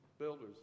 Builders